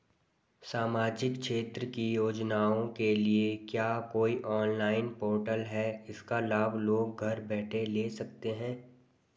सामाजिक क्षेत्र की योजनाओं के लिए क्या कोई ऑनलाइन पोर्टल है इसका लाभ लोग घर बैठे ले सकते हैं?